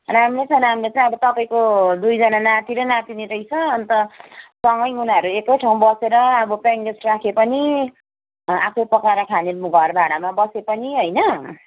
राम्रो छ राम्रो छ अब तपाईँको दुईजना नाति र नातिनी रहेछ अन्त सँगै उनीहरू एकै ठाउँ बसेर अब पेयिङ गेस्ट राखेपनि आफू पकाएर खाने घरभाडामा बसेपनि होइन